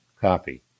copy